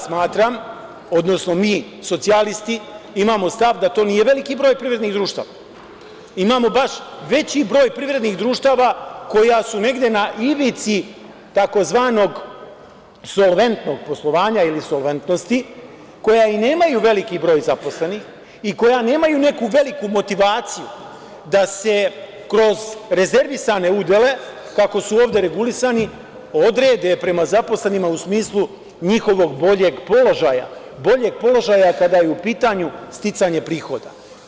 Smatram, odnosno mi socijalisti, imamo stav da to nije veliki broj privrednih društava, imamo baš veći broj privrednih društava koja su negde na ivici, takozvanog solventnog poslovanja ili solventnosti, koja i nemaju veliki broj zaposlenih i koja nemaju neku veliku motivaciju, da se kroz rezervisane udele, kako su ovde regulisani, odrede prema zaposlenima, u smislu njihovog boljeg položaja, boljeg položaja kada je u pitanju sticanje prihoda.